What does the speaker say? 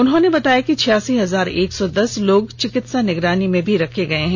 उन्होंने बताया कि छियासी हजार एक सौ दस लोग चिकित्सा निगरानी में रखे गये हैं